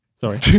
Sorry